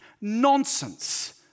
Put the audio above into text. Nonsense